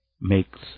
makes